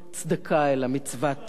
אלא מצוות עשה.